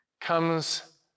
comes